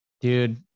Dude